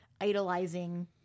idolizing